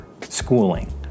schooling